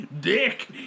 Dick